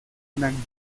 unánime